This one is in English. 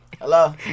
Hello